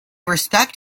respect